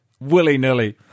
willy-nilly